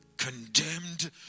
Condemned